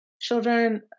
children